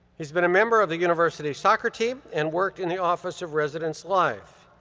he's been a member of the university's soccer team and worked in the office of residence life.